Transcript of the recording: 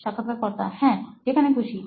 সাক্ষাৎকারকর্তা হ্যাঁ যেখানে খুশি